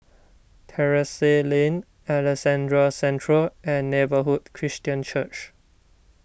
Terrasse Lane Alexandra Central and Neighbourhood Christian Church